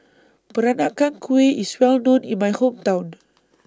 Peranakan Kueh IS Well known in My Hometown